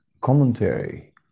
commentary